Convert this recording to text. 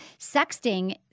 sexting